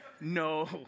No